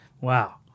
wow